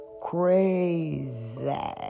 crazy